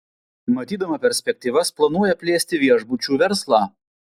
matydama perspektyvas planuoja plėsti viešbučių verslą